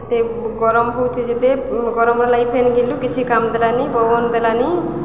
ସେ ଗରମ୍ ହଉଛେ ଯେତେ ଗରମ୍ର ଲାଗି ଫେନ୍ ଘିନ୍ଲୁ କିଛି କାମ୍ ଦେଲାନି ପବନ୍ ଦେଲାନି